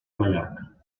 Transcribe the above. mallorca